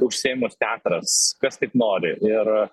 užsiėmus teatras kas tik nori ir